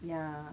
ya